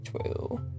True